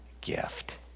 gift